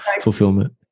fulfillment